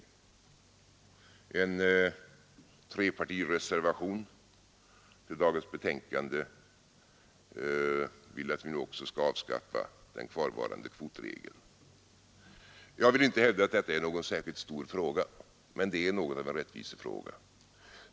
I en trepartireservation till dagens betänkande begärs att vi nu också skall avskaffa den kvarvarande kvotregeln. Jag vill inte hävda att detta är någon särskilt stor fråga, men det är något av en rättvisefråga.